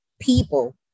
people